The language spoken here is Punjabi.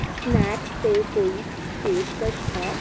ਸਨੈਕਸ 'ਤੇ ਕੋਈ ਪੇਸ਼ਕਸ਼ ਹੈ